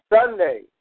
Sunday